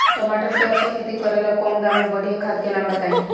टमाटर के अच्छा खेती करेला कम दाम मे बढ़िया खाद के नाम बताई?